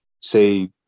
say